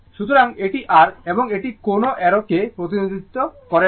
সুতরাং এটি r এবং এটি কোনও অ্যারো কে প্রতিনিধিত্ব করে না